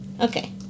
Okay